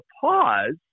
pause